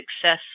success